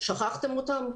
שכחתם אותם?